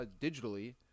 digitally